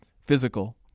physical